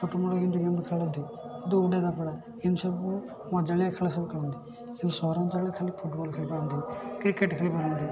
ଛୋଟମୋଟ ଏମିତି ଗେମ୍ ଖେଳନ୍ତି ଦୌଡ଼ାଧାପଡ଼ା ଏମିତି ସବୁ ମଜାଳିଆ ଖେଳ ସବୁ ଖେଳନ୍ତି କିନ୍ତୁ ସହରାଞ୍ଚଳରେ ଖାଲି ଫୁଟବଲ୍ ଖେଳିପାରନ୍ତି କ୍ରିକେଟ୍ ଖେଳିପାରନ୍ତି